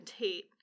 Tate